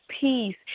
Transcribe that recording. peace